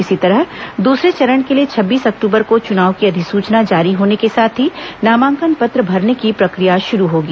इसी तरह दूसरे चरण के लिए छब्बीस अक्टूबर को चुनाव की अधिसूचना जारी होने के साथ ही नामांकन पत्र भरने की प्रक्रिया शुरू होगी